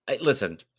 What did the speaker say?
Listen